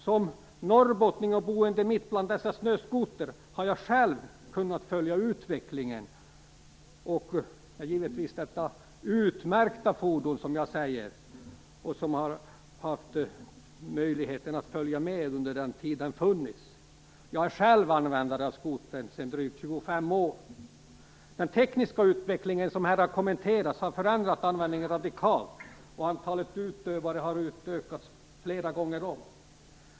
Som norrbottning och boende mitt bland dessa snöskotrar har jag själv kunnat följa utvecklingen av detta som jag säger utmärkta fordon under den tid det funnits. Jag är själv användare av skotern sedan drygt 25 år. Den tekniska utvecklingen, som här har kommenterats, har förändrat användningen radikalt, och antalet utövare har utökats flera gånger om.